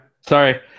sorry